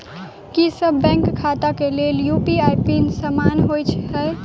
की सभ बैंक खाता केँ लेल यु.पी.आई पिन समान होइ है?